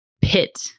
pit